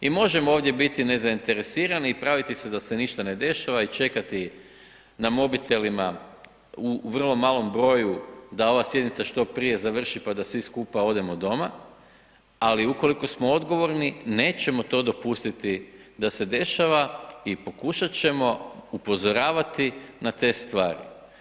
I možemo ovdje biti nezainteresirani i praviti se da se ništa ne dešava i čekati na mobitelima u vrlo malom broju, da ova sjednica što prije završi pa da svi skupa odemo doma, ali ukoliko smo odgovorni, nećemo to dopustiti da se dešava i pokušati ćemo upozoravati na te stvari.